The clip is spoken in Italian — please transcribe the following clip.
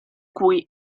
cui